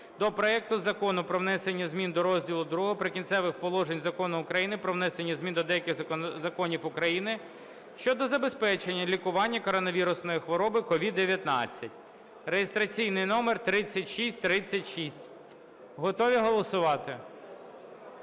до проекту Закону про внесення змін до розділу ІІ "Прикінцевих положень" Закону України "Про внесення змін до деяких законів України щодо забезпечення лікування коронавірусної хвороби (COVID-19)" (реєстраційний номер 3636). Готові голосувати?